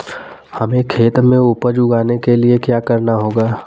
हमें खेत में उपज उगाने के लिये क्या करना होगा?